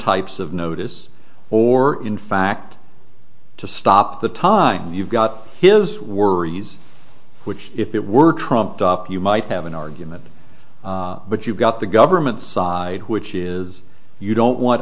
types of notice or in fact to stop the time you've got his worries which if it were trumped up you might have an argument but you've got the government's side which is you don't want